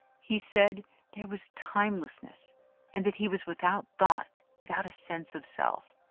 he said there was timelessness and that he was without thought, without a sense of self,